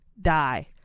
die